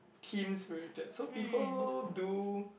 team spirited so people do